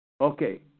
Okay